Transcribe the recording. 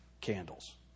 candles